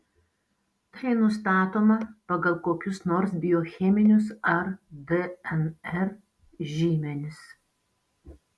tai nustatoma pagal kokius nors biocheminius ar dnr žymenis